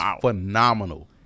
phenomenal